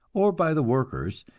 or by the workers,